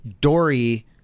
Dory